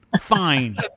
Fine